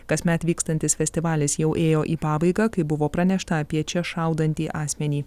kasmet vykstantis festivalis jau ėjo į pabaigą kai buvo pranešta apie čia šaudantį asmenį